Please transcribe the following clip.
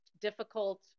difficult